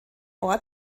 ort